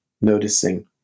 noticing